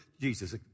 Jesus